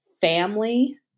family